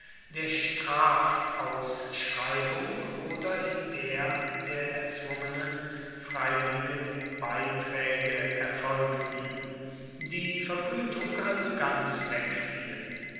der strafausschreibung oder in der der erzwungenen freiwilligen beiträge erfolgten die vergütung also ganz wegfiel